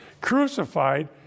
crucified